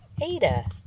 Ada